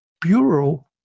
Bureau